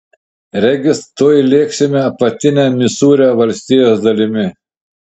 regis tuoj lėksime apatine misūrio valstijos dalimi